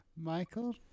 Michael